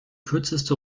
kürzeste